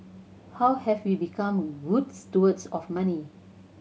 how have we become good stewards of money